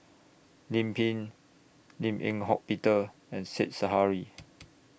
Lim Pin Lim Eng Hock Peter and Said Zahari